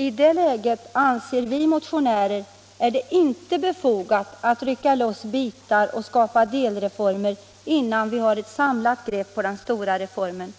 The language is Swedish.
I detta läge, anser vi motionärer, är det inte befogat att Onsdagen den rycka loss bitar och skapa delreformer innan vi har ett samlat grepp 19 november 1975 på den stora reformen.